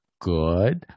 good